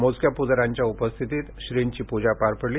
मोजक्या प्जाऱ्यांच्या उपस्थितीत श्रींची पूजा पार पडली